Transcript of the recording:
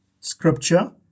Scripture